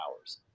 hours